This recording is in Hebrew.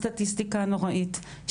הסטטיסטיקה הנוראית,